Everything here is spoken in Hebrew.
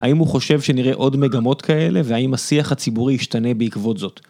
האם הוא חושב שנראה עוד מגמות כאלה והאם השיח הציבורי ישתנה בעקבות זאת?